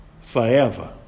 forever